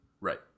Right